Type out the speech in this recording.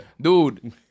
Dude